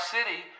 City